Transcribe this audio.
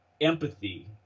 empathy